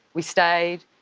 we stayed,